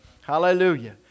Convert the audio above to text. Hallelujah